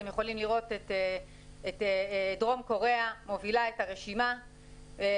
אתם יכולים לראות את דרום קוריאה מובילה את הרשי חמה,